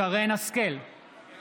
שרן מרים השכל,